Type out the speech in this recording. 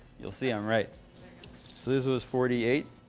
you'll see i'm right. so this was forty eight.